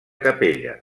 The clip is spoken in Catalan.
capella